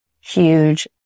huge